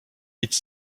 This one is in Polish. idź